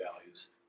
values